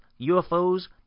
UFOs